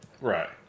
Right